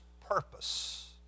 purpose